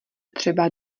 třeba